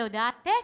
בהודעת טקסט.